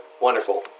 Wonderful